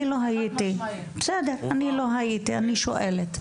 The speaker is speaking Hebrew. לא הייתי כאן.